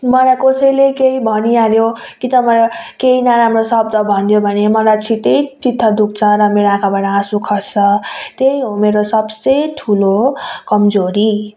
मलाई कसैले केही भनिहाल्यो कि त मलाई केही नराम्रो शब्द भन्यो भने मलाई छिटै चित्त दुःख्छ र मेरा आँखाबाट आँसु खस्छ त्यही हो मेरो सबसे ठुलो कमजोरी